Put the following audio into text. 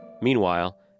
Meanwhile